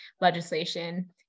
legislation